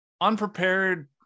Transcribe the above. Unprepared